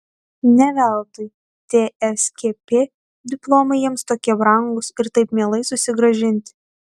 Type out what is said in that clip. ne veltui tskp diplomai jiems tokie brangūs ir taip mielai susigrąžinti